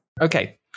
Okay